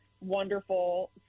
wonderful